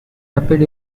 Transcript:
rapid